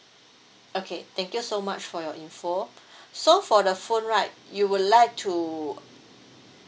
okay thank you so much for your information so for the phone right you would like to